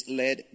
led